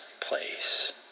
place